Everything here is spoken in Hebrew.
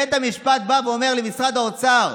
בית המשפט בא ואומר למשרד האוצר: